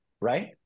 right